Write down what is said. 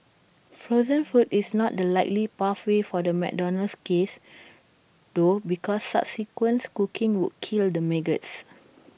frozen food is not the likely pathway for the McDonald's case though because subsequent cooking would kill the maggots